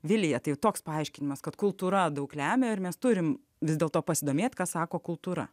vilija tai toks paaiškinimas kad kultūra daug lemia ar mes turim vis dėl to pasidomėt ką sako kultūra